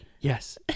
Yes